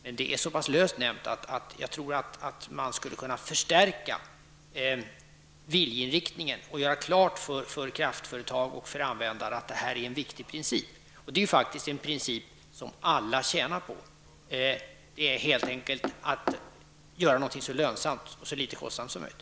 Men det är så pass löst uttryckt att regeringen borde kunna förstärka den uttryckta viljeinriktningen och göra klart för kraftföretag och användare att detta är en viktig princip. Detta är en princip som alla tjänar på, nämligen principen att göra någonting så lönsamt, och så litet kostsamt, som möjligt.